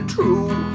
true